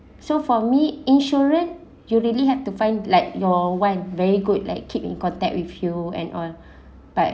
so for me insurance you really have to find like your [one] very good like keep in contact with you and on